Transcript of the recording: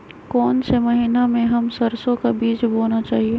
कौन से महीने में हम सरसो का बीज बोना चाहिए?